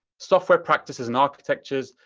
software practices and architectures,